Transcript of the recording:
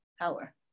power